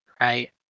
right